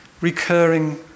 recurring